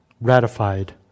Ratified